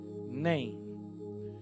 name